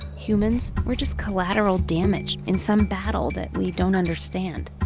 humans we're just collateral damage in some battle that we don't understand.